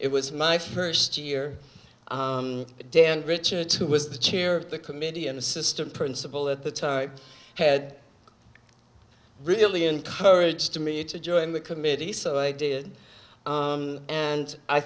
it was my first year dan richards who was the chair of the committee and assistant principal at the time had really encouraged me to join the committee so i did and i